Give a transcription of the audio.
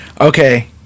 Okay